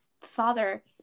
father